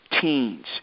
teens